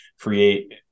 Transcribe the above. create